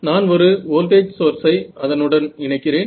நான் ஒரு வோல்டேஜ் சோர்ஸை அதனுடன் இணைக்கிறேன்